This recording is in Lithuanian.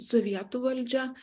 sovietų valdžia